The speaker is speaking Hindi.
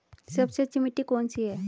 सबसे अच्छी मिट्टी कौन सी है?